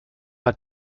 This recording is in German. hat